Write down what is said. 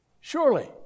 surely